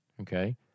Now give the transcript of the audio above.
okay